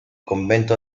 convento